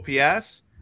OPS